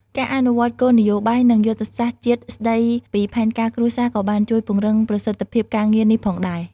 ការអនុវត្តន៍គោលនយោបាយ និងយុទ្ធសាស្ត្រជាតិស្តីពីផែនការគ្រួសារក៏បានជួយពង្រឹងប្រសិទ្ធភាពការងារនេះផងដែរ។